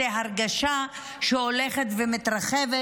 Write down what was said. זו הרגשה שהולכת ומתרחבת,